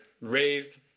raised